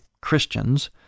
Christians